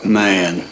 man